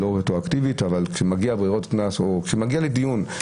לא רטרואקטיבית אבל כשמגיעות ברירות קנס או כשמגיע לדיון,